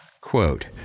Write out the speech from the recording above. Quote